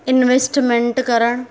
investment करणु